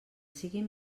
siguin